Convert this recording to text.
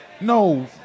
No